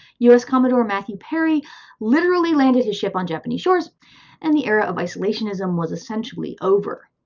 us commodore matthew perry literally landed his ship on japanese shores and the era of isolationism was essentially over.